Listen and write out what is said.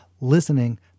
Listening